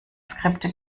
skripte